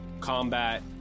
Combat